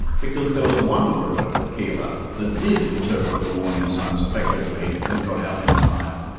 because there was one group at l'aquila that did interpret the warning signs effectively, and got out in time.